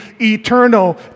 eternal